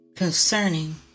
Concerning